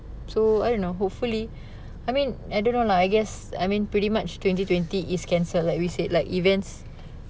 so I don't know hopefully I mean I don't know lah I guess I mean pretty much twenty twenty is cancelled like we said like events